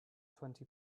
twenty